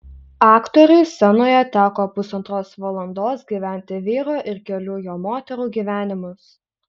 aktoriui scenoje teko pusantros valandos gyventi vyro ir kelių jo moterų gyvenimus